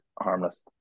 harmless